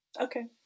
Okay